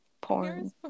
Porn